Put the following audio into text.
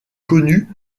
connu